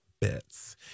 bits